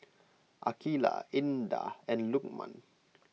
Aqilah Indah and Lukman